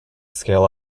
scale